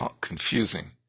confusing